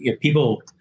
people